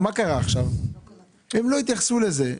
עד כה הם לא התייחסו לזה.